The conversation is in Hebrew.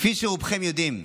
כפי שרובכם יודעים,